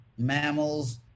mammals